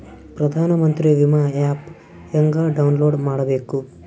ಪ್ರಧಾನಮಂತ್ರಿ ವಿಮಾ ಆ್ಯಪ್ ಹೆಂಗ ಡೌನ್ಲೋಡ್ ಮಾಡಬೇಕು?